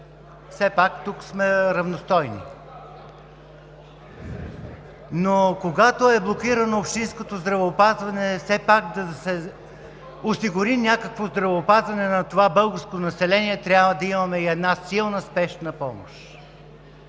Все пак тук сме равностойни. (Шум и реплики.) Но когато е блокирано общинското здравеопазване, за да се осигури някакво здравеопазване на това българско население, все пак трябва да имаме и една силна Спешна помощ.